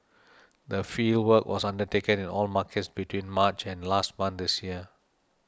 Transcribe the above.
the fieldwork was undertaken in all markets between March and last month this year